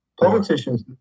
politicians